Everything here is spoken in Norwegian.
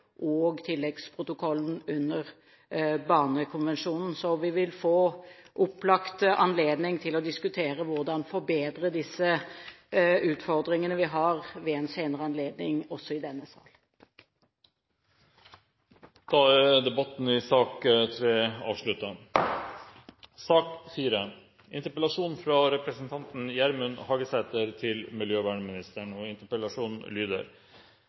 og tilleggsprotokollen under barnekonvensjonen. Så vi vil opplagt få mulighet til å diskutere hvordan forbedre de utfordringene vi har, ved en senere anledning også i denne sal. Da er debatten i sak